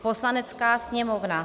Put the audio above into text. Poslanecká sněmovna